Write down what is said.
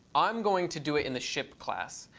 i'm going to do it in the ship class.